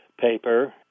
paper